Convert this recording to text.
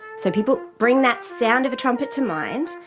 so people bring that sound of a trumpet to mind,